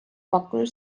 pakkunud